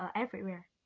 ah everywhere.